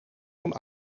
van